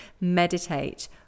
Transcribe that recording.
meditate